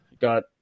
got